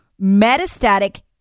metastatic